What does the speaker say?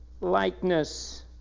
likeness